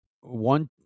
one